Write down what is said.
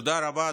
תודה רבה.